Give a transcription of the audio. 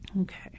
Okay